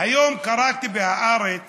היום קראתי בהארץ